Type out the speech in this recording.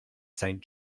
saint